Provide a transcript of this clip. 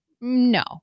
No